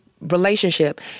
relationship